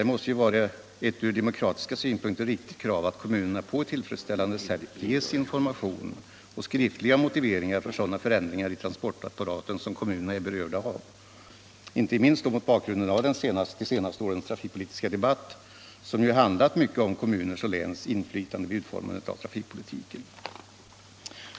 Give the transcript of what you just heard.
Det måste ju vara ett ur demokratiska synpunkter riktigt krav att kommunerna på ett tillfredsställande sätt ges information och skriftliga motiveringar för sådana förändringar i transportapparaten som kommunerna är berörda av — inte minst då mot bakgrund av de senaste årens trafikpolitiska debatt, som ju handlat mycket om kommuners och läns inflytande vid utformandet av trafikpolitiken.